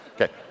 Okay